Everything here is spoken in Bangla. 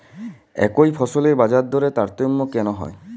একই ফসলের বাজারদরে তারতম্য কেন হয়?